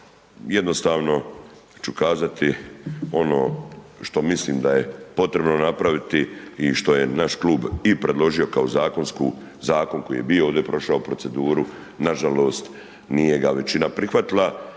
jednostavno ću kazati ono što mislim da je potrebno napraviti i što je naš klub i predložio kao zakon koji je bio ovdje bio, prošao proceduru, nažalost nije ga većina prihvatila